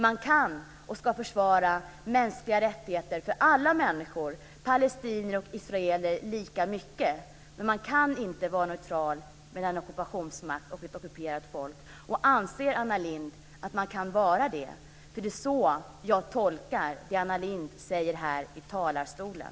Man kan och ska försvara mänskliga rättigheter för alla människor - palestinier och israeler - lika mycket, men man kan inte vara neutral mellan en ockupationsmakt och ett ockuperat folk. Anser Anna Lindh att man kan vara det? Det är så jag tolkar det Anna Lindh säger här i talarstolen.